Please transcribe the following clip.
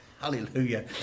hallelujah